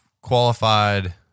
qualified